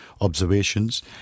observations